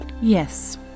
Yes